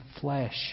flesh